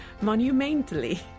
monumentally